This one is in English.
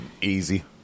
Easy